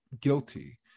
guilty